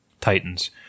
Titans